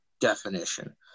definition